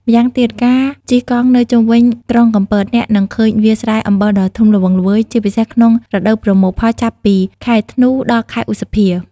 ម្យ៉ាងទៀត ការជិះកង់នៅជុំវិញក្រុងកំពត អ្នកនឹងឃើញវាលស្រែអំបិលដ៏ធំល្វឹងល្វើយ ជាពិសេសក្នុងរដូវប្រមូលផល ចាប់ពីខែធ្នូ ដល់ខែឧសភា។